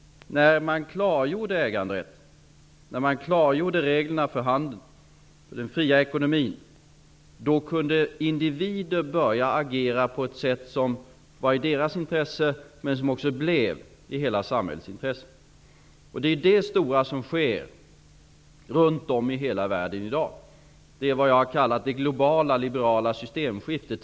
När man klargjorde äganderätten samt reglerna för handeln och den fria ekonomin kunde individer börja agera på ett sätt som var i deras intresse men också i hela samhällets intresse. Det är det stora som sker runt om i hela världen i dag. Det är vad jag har kallat det globala liberala systemskiftet.